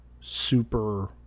super